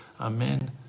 amen